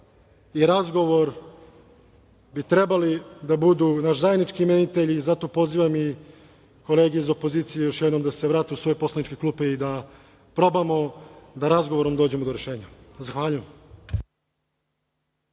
i razgovor bi trebali da budu naši zajednički imenitelji. Zato pozivam i kolege iz opozicije još jednom da se vrate u svoje poslaničke klupe i da probamo da razgovorom dođemo do rešenja. Zahvaljujem.